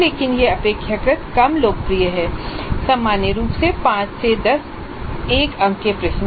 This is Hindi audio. लेकिन यह अपेक्षाकृत कम लोकप्रिय है सामान्य रूप से 5 से 10 एक अंक के प्रश्न